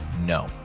no